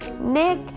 Nick